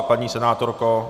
Paní senátorko?